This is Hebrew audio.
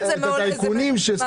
אז זה יעלה חשד.